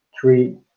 three